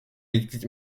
mitglied